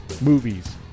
movies